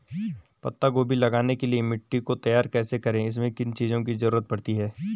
पत्ता गोभी लगाने के लिए मिट्टी को तैयार कैसे करें इसमें किन किन चीज़ों की जरूरत पड़ती है?